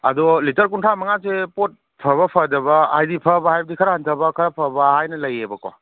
ꯑꯗꯣ ꯂꯤꯇꯔ ꯀꯨꯟꯊ꯭ꯔꯥ ꯃꯉꯥꯁꯦ ꯄꯣꯠ ꯐꯕ ꯐꯗꯕ ꯍꯥꯏꯗꯤ ꯐꯕ ꯍꯥꯏꯕꯗꯤ ꯈꯔ ꯍꯟꯗꯕ ꯈꯔ ꯐꯕ ꯍꯥꯏꯅ ꯂꯩꯌꯦꯕꯀꯣ